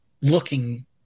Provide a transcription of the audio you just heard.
looking